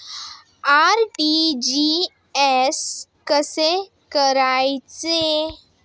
RTGS कसे करायचे?